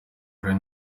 rero